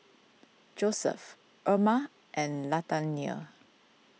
Joeseph Erma and Latanya